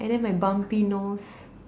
and then my bumpy nose